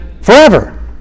forever